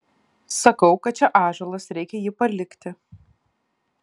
sakau kad čia ąžuolas reikia jį palikti